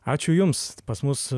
ačiū jums pas mus